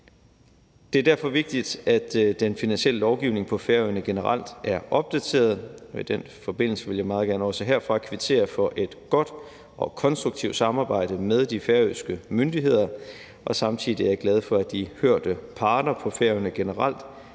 Det er derfor vigtigt, at den finansielle lovgivning på Færøerne generelt er opdateret. I den forbindelse vil jeg meget gerne også herfra kvittere for et godt og konstruktivt samarbejde med de færøske myndigheder, og samtidig er jeg glad for, at de hørte parter på Færøerne generelt